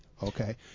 Okay